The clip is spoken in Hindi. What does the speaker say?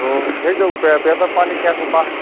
तो भेज दोगे पैसा पानी कैसे क्या है